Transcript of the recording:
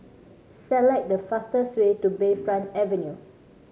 select the fastest way to Bayfront Avenue